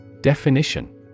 Definition